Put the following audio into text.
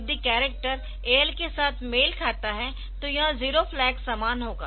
यदि character AL के साथ मेल खाता है तो यह जीरो फ्लैग समान होगा